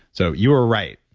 so you are right